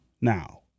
now